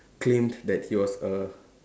claimed that he was a